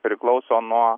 priklauso nuo